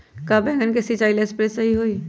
का बैगन के सिचाई ला सप्रे सही होई?